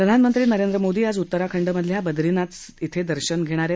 प्रधानमंत्री नरेंद्र मोदी आज उत्तराखंडमधल्या बद्रीनाथचं इथं दर्शन घेणार आहेत